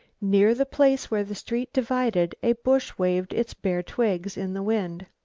near the place where the street divided a bush waved its bare twigs in the wind.